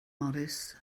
morris